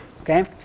Okay